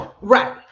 Right